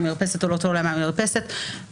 או לא תולה מהמרפסת של הנכסו הפרטי --- ברשותך,